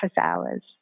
hours